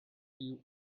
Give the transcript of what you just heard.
you